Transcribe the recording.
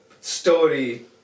story